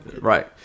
Right